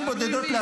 בודדות,